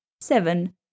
seven